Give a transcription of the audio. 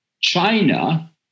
China